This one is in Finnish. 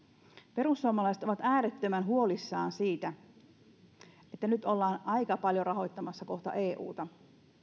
perussuomalaiset ovat äärettömän huolissaan siitä että nyt ollaan aika paljon rahoittamassa kohta euta